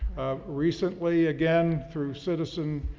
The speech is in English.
ah, recently again, through citizen,